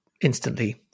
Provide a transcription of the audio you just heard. instantly